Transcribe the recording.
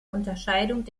unterscheidung